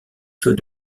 feux